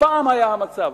פעם זה היה המצב.